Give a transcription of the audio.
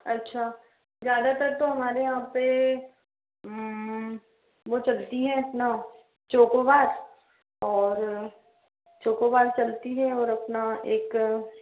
अच्छा ज़्यादातर तो हमारे यहाँ पर वह चलती है अपना चोकोबार और चोकोबार चलती है और अपना एक